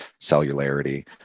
cellularity